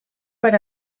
per